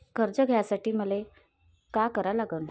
कर्ज घ्यासाठी मले का करा लागन?